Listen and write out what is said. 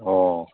ꯑꯣ